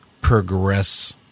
progress